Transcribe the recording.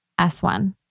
S1